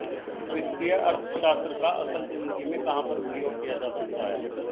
वित्तीय अर्थशास्त्र का असल ज़िंदगी में कहाँ पर प्रयोग किया जा सकता है?